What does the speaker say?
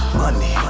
money